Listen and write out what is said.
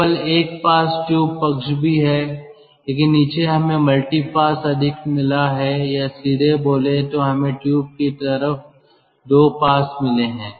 केवल एक pass tube पक्ष भी है लेकिन नीचे हमें मल्टी पास अधिक मिला है या सीधे बोलें तो हमें ट्यूब की तरफ 2 पास मिले हैं